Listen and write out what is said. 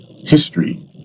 history